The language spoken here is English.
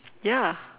ya